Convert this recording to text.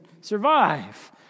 survive